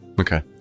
Okay